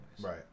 Right